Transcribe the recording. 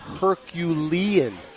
Herculean